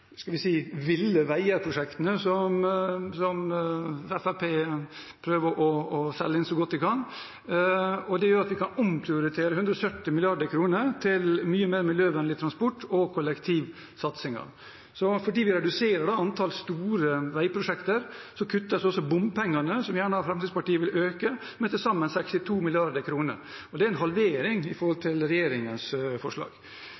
skal vi si – ville-veier-prosjektene som Fremskrittspartiet prøver å selge inn så godt de kan. Det gjør at vi kan omprioritere 170 mrd. kr til mye mer miljøvennlig transport og kollektivsatsinger. Fordi vi reduserer antallet store veiprosjekter, kuttes også bompengene, som Fremskrittspartiet gjerne vil øke, med til sammen 62 mrd. kr. Det er en halvering i forhold til regjeringens forslag.